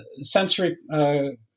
sensory